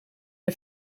een